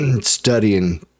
studying